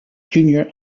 junior